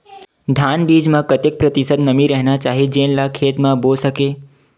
धान बीज म कतेक प्रतिशत नमी रहना चाही जेन ला खेत म बो सके?